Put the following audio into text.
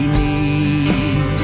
need